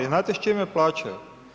I znate s čime plaćaju?